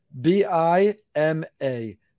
B-I-M-A